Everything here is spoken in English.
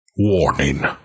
Warning